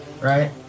right